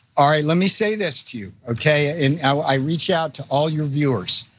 all right, let me say this to you. okay. and i reach out to all your viewers,